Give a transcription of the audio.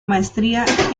maestría